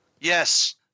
Yes